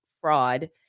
fraud